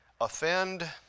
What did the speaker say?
offend